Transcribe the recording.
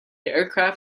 aircraft